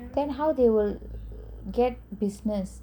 then they will get business